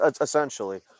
essentially